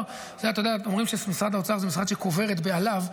אומרים שמשרד האוצר הוא משרד שקובר את בעליו,